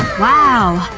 wow,